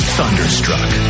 thunderstruck